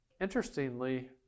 Interestingly